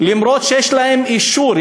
למרות שיש להם אישור,